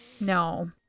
no